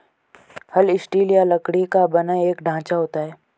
हल स्टील या लकड़ी का बना एक ढांचा होता है